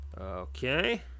Okay